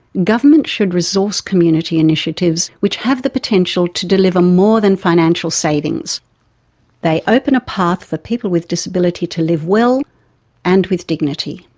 governments should resource community initiatives which have the potential to deliver more than financial savings they open a path for people with disability to live well and with dignity.